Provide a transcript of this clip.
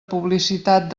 publicitat